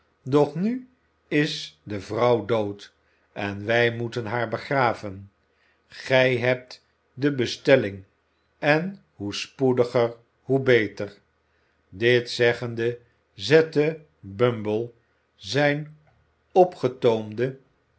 doch nu is de vrouw dood en wij moeten haar begraven gij hebt de bestelling en hoe spoediger hoe beter dit zeggende zette bumble zijn opgetoomden